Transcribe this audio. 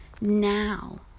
now